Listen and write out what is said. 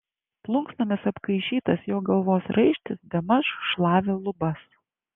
plunksnomis apkaišytas jo galvos raištis bemaž šlavė lubas